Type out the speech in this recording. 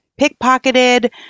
pickpocketed